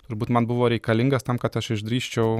turbūt man buvo reikalingas tam kad aš išdrįsčiau